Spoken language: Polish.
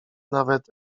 nawet